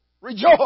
rejoice